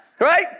Right